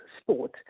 sport